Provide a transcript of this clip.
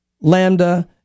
Lambda